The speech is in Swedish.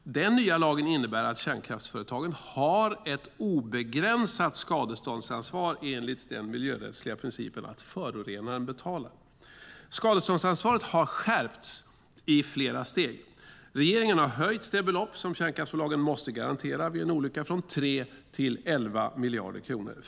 Denna nya lag innebär att kärnkraftsföretagen har ett obegränsat skadeståndsansvar enligt den miljörättsliga principen att förorenaren betalar. Skadeståndsansvaret har skärpts i flera steg. Regeringen har höjt det belopp som kärnkraftsbolagen måste garantera vid en olycka från 3 till 11 miljarder kronor.